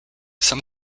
some